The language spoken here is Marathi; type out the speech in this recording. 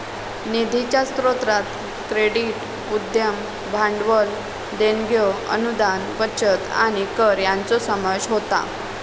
निधीच्या स्रोतांत क्रेडिट, उद्यम भांडवल, देणग्यो, अनुदान, बचत आणि कर यांचो समावेश होता